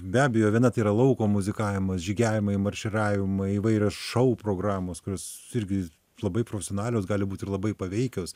be abejo viena tėra lauko muzikavimas žygiavimai marširavimai įvairios šou programos kurios irgi labai profesionalios gali būt ir labai paveikios